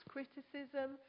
Criticism